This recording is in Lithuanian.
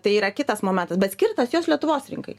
tai yra kitas momentas bet skirtas jos lietuvos rinkai